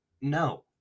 no